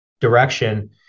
direction